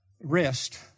rest